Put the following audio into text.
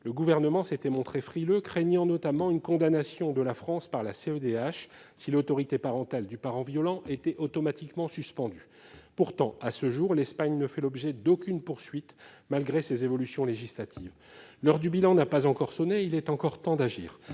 le Gouvernement se montra frileux, craignant notamment une condamnation de la France par la Cour européenne des droits de l'homme (CEDH) si l'autorité parentale du parent violent était automatiquement suspendue. Pourtant, à ce jour, l'Espagne ne fait l'objet d'aucune poursuite malgré ses évolutions législatives. L'heure du bilan n'a pas encore sonné ; il est encore temps d'agir